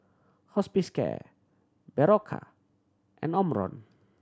Hospicare Berocca and Omron